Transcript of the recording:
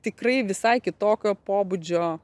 tikrai visai kitokio pobūdžio